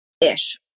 ish